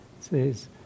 says